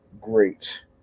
great